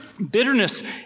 Bitterness